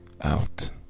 out